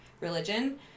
religion